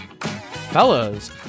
fellas